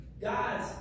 God's